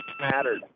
mattered